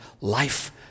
life